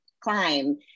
climb